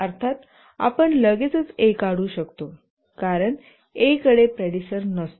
अर्थात आपण लगेचच A काढू शकतो कारण A कडे प्रेडिसर नसतो